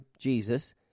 Jesus